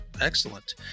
Excellent